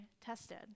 tested